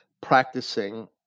practicing